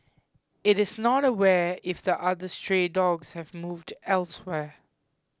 it is not aware if the other stray dogs have moved elsewhere